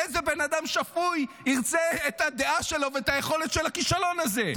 איזה בן אדם שפוי ירצה את הדעה שלו ואת היכולת של הכישלון הזה.